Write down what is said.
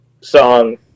song